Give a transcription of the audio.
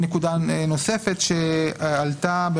נקודה נוספת שעלתה,